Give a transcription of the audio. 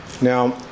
Now